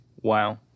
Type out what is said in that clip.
Wow